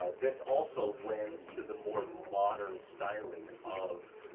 this also lends to the more modern styling of